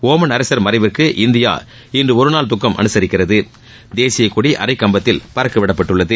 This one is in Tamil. ஒமன் அரசர் மறைவுக்கு இந்தியா இன்று ஒருநாள் துக்கம் அனுசரிக்கிறது தேசிய கொடி அரை கம்பத்தில் பறக்கவிடப்பட்டுள்ளது